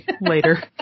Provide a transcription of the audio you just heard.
later